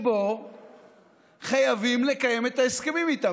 שבו חייבים לקיים את ההסכמים איתם.